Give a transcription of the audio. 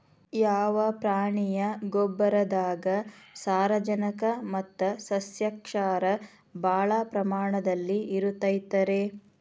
ಯಾವ ಪ್ರಾಣಿಯ ಗೊಬ್ಬರದಾಗ ಸಾರಜನಕ ಮತ್ತ ಸಸ್ಯಕ್ಷಾರ ಭಾಳ ಪ್ರಮಾಣದಲ್ಲಿ ಇರುತೈತರೇ?